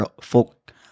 folk